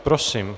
Prosím.